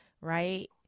right